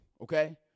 okay